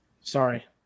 Sorry